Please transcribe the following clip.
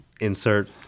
insert